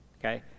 Okay